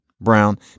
Brown